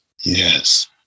Yes